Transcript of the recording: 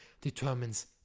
determines